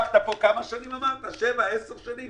עבדת 7-10 שנים